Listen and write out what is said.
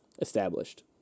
Established